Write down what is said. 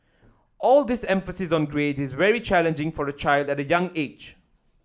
all this emphasis on grades is very challenging for a child at a young age